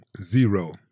Zero